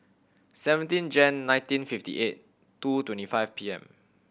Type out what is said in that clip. seventeen Jan nineteen fifty eight two twenty five P M